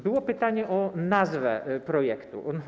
Było pytanie o nazwę projektu.